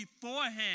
beforehand